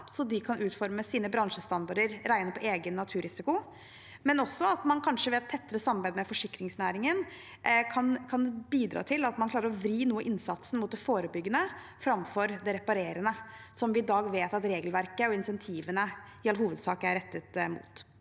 så de kan utforme sine bransjestandarder og regne på egen naturrisiko, men også det at man kanskje vil ha et tettere samarbeid med forsikringsnæringen, kan bidra til at man klarer å vri noe av innsatsen mot det forebyggende framfor det reparerende – som vi i dag vet at regelverket og insentivene i all hovedsak er rettet mot.